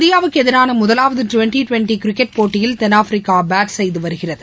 இந்தியாவுக்குஎதிரானமுதலாவதுடுவெண்டிடுவெண்டி cricket போட்டியில் தென்னாப்பிரிக்காபேட் செய்துவருகிறது